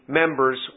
members